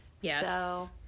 Yes